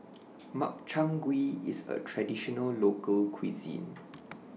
Makchang Gui IS A Traditional Local Cuisine